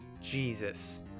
Jesus